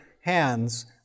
hands